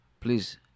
please